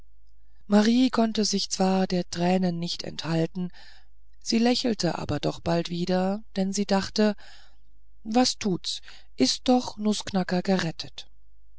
marie konnte sich zwar der tränen nicht enthalten sie lächelte aber doch bald wieder denn sie dachte was tut's ist doch nußknacker gerettet